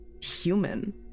human